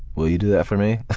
will you do that for me?